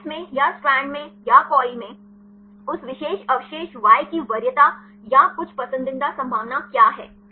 helix में या strand में या कॉइल में उस विशेष अवशेष Y की वरीयता या कुछ पसंदीदा संभावना क्या है